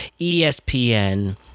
ESPN